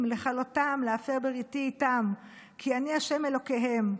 גְעַלְתִּים לְכלֹּתָם להפר בריתי אִתם כי אני ה' אלהיהם.